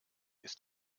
ist